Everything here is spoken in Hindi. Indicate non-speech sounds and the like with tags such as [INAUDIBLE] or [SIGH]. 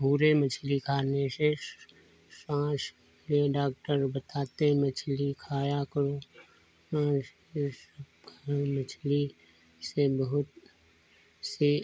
भूरे मछली खाने से सांस लिए डाक्टर बताते हैं मछली खाया करो [UNINTELLIGIBLE] यह सब खाओ मछली से बहुत से